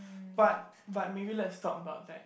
but but maybe let's talk about that